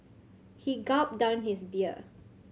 he gulped down his beer